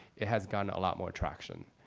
it has gotten a lot more traction.